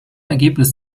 ergebnis